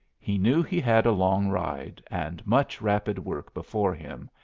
he knew he had a long ride, and much rapid work before him,